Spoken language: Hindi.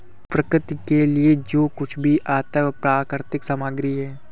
प्रकृति के लिए जो कुछ भी आता है वह प्राकृतिक सामग्री है